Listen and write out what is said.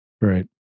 Right